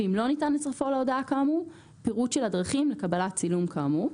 ואם לא ניתן צרפו להודעה כאמור פירוט של הדרכים לקבלת צילום כאמור.